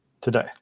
today